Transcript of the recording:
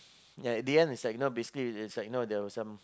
ya the end is like basically there was some